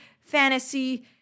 fantasy